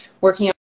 working